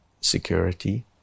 security